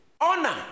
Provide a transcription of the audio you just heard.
honor